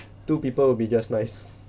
two people will be just nice